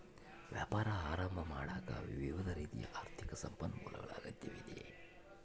ವ್ಯಾಪಾರ ಆರಂಭ ಮಾಡಾಕ ವಿವಿಧ ರೀತಿಯ ಆರ್ಥಿಕ ಸಂಪನ್ಮೂಲಗಳ ಅಗತ್ಯವಿದೆ